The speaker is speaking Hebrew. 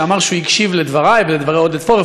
שאמר שהוא הקשיב לדברי ולדברי עודד פורר.